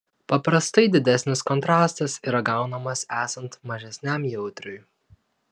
paprastai didesnis kontrastas yra gaunamas esant mažesniam jautriui